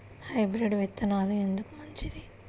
Hybrid విత్తనాలు ఎందుకు మంచిది?